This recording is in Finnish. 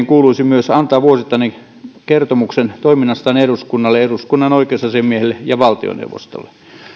myös antaa vuosittainen kertomus toiminnastaan eduskunnalle eduskunnan oikeusasiamiehelle ja valtioneuvostolle